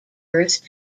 birth